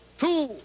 two